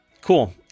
Cool